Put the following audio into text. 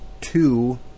two